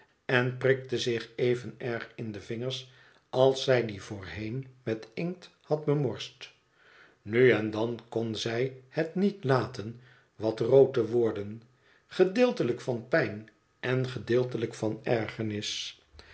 en prikte zich even erg in de vingers als zij die voorheen met inkt had bemorst nu en dan kon zij het niet laten wat rood te worden gedeeltelijk van pijn en gedeeltelijk van ergernis